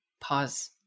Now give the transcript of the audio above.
pause